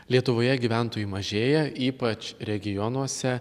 lietuvoje gyventojų mažėja ypač regionuose